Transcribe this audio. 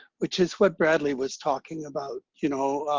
which is what bradley was talking about. you know,